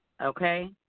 Okay